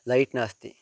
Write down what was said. light नास्ति